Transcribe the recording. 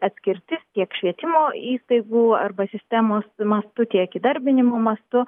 atskirtis tiek švietimo įstaigų arba sistemos mastu tiek įdarbinimo mastu